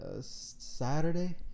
Saturday